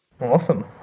awesome